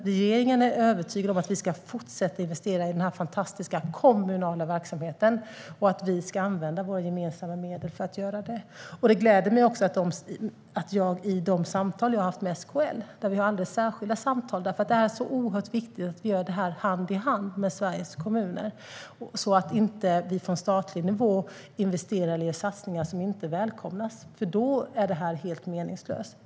Regeringen är övertygad om att vi ska fortsätta att investera i den fantastiska kommunala verksamheten och att vi ska använda våra gemensamma medel för att göra det. Det gläder mig också att jag haft alldeles särskilda samtal med SKL. Det är så oerhört viktigt att vi gör det hand i hand med Sveriges kommuner så att vi inte från statlig nivå investerar i satsningar som inte välkomnas. Då är det helt meningslöst.